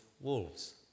Wolves